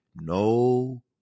no